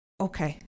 okay